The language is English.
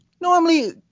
Normally